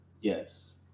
Yes